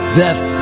death